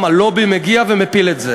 התשע"ד 2014, לקריאה השנייה ולקריאה השלישית.